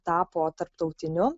tapo tarptautiniu